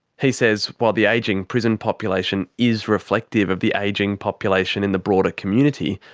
he says while the ageing prison population is reflective of the ageing population in the broader community,